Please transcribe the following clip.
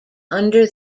under